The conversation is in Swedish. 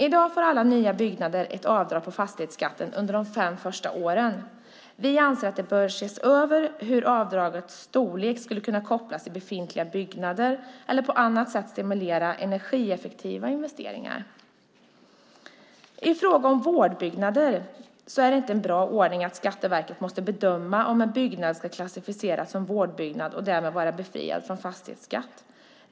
I dag får alla nya byggnader ett avdrag på fastighetsskatten under de första fem åren. Vi anser att man bör se över hur avdragets storlek skulle kunna kopplas till befintliga byggnader eller på annat sätt stimulera energieffektiva investeringar. Det är inte en bra ordning att Skatteverket måste bedöma om en byggnad ska klassificeras som vårdbyggnad och därmed vara befriad från fastighetsskatt.